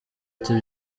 ati